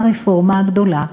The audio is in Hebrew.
הרפורמה הגדולה,